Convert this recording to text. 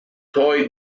toy